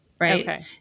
Right